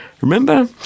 Remember